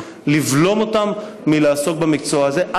לבלום אותם מלעסוק במקצוע זה,